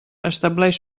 estableix